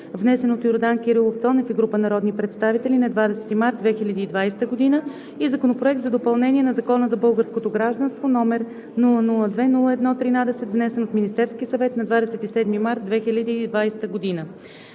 внесен от Йордан Кирилов Цонев и група народни представители на 20 март 2020 г., и Законопроект за допълнение на Закона за българското гражданство, № 002-01-13, внесен от Министерския съвет на 27 март 2020 г.